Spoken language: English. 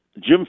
Jim